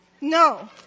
No